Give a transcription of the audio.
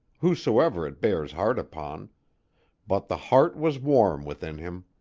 whosoever it bears hard upon but the heart was warm within him.